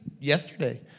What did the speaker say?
yesterday